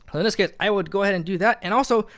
but in this case, i would go ahead and do that. and also,